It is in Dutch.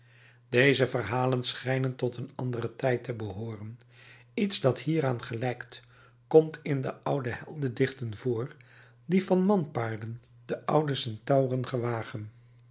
deze verhalen schijnen tot een anderen tijd te behooren iets dat hieraan gelijkt komt in de oude heldendichten voor die van manpaarden de oude centauren gewagen